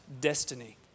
destiny